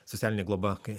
socialinė globa kai